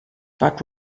but